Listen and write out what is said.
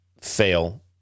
fail